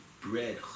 bread